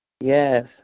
Yes